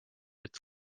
its